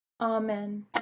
Amen